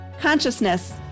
consciousness